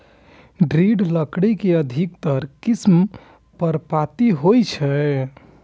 दृढ़ लकड़ी के अधिकतर किस्म पर्णपाती होइ छै